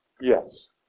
Yes